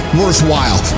worthwhile